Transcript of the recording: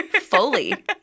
fully